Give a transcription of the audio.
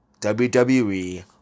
WWE